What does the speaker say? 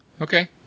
okay